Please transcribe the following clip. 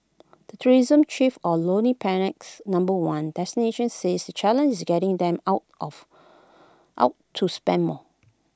the tourism chief or lonely Planet's number one destination says the challenge is getting them out of out to spend more